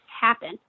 happen